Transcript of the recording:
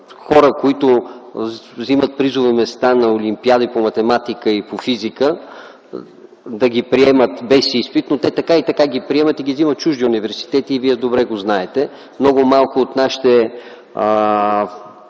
хора, които взимат призови места на олимпиади по математика и по физика, да ги приемат без изпит. Но те така и така ги приемат и ги взимат чужди университети и Вие добре го знаете. Много малко от нашите